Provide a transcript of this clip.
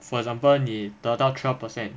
for example 你得到 twelve percent